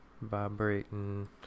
vibrating